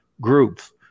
groups